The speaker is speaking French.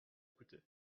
coûté